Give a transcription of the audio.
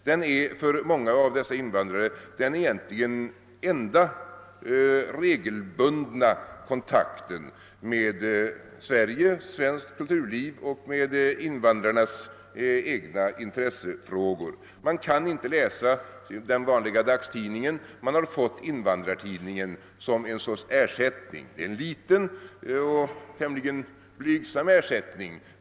Det är för många av dessa invandrare den egentligen enda regelbundna kontakten med Sverige, med svenskt kulturliv och med invandrarnas egna intressefrågor. De kan inte läsa den vanliga dagstidningen och de har fått Invandrartidningen som ett slags ersättning — en tämligen blygsam ersättning.